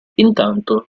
intanto